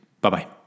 Bye-bye